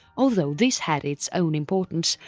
although this had its own importance,